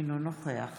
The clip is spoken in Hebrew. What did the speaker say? אינו נוכח